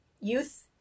youth